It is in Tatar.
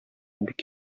бик